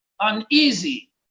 uneasy